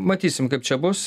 matysim kaip čia bus